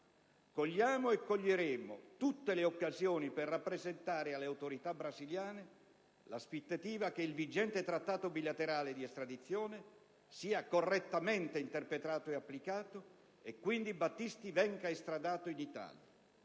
Cogliamo e coglieremo tutte le occasioni per rappresentare alle autorità brasiliane l'aspettativa che il vigente Trattato bilaterale di estradizione sia correttamente interpretato e applicato, e che quindi Battisti venga estradato in Italia.